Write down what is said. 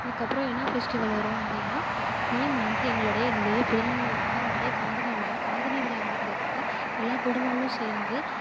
இதுக்கப்புறம் என்ன ஃபெஸ்டிவல் வரும் அப்படினால் மே மந்த் எங்களுடைய என்னுடைய புதுஅணி விழா என்னுடைய காதணி விழா காதணி விழா நடக்கிறப்ப எல்லா குடும்பங்களும் சேர்ந்து